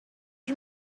you